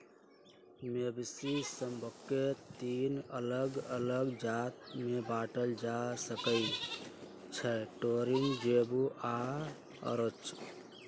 मवेशि सभके तीन अल्लग अल्लग जात में बांटल जा सकइ छै टोरिन, जेबू आऽ ओरोच